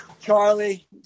Charlie